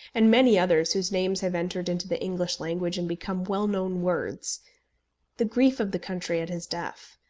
and many others whose names have entered into the english language and become well-known words the grief of the country at his death,